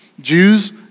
Jews